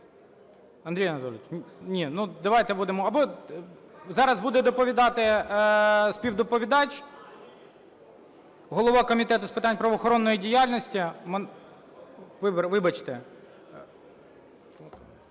Андрію Анатолійовичу, ні, ну, давайте будемо… Або зараз буде доповідати співдоповідач, голова Комітету з питань правоохоронної діяльності… Вибачте,